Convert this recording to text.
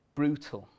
brutal